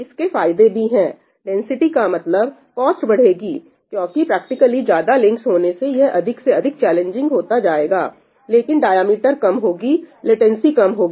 इसके फायदे भी है डेंसिटी का मतलब कॉस्ट बढ़ेगी क्योंकि प्रैक्टिकली ज्यादा लिंक्स होने से यह अधिक से अधिक चैलेंजिंग होता जाएगालेकिन डायमीटर कम होगी लेटेंसी कम होगी